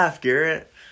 Garrett